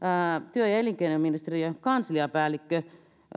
työ ja elinkeinoministeriön kansliapäällikkö